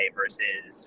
versus